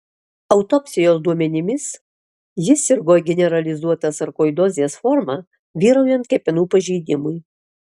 autopsijos duomenimis jis sirgo generalizuota sarkoidozės forma vyraujant kepenų pažeidimui